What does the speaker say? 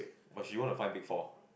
but she want to find big four